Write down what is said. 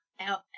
out